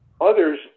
others